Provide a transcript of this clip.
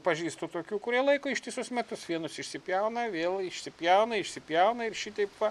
pažįstu tokių kurie laiko ištisus metus vienus išsipjauna vėl išsipjauna išsipjauna ir šitaip va